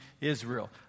Israel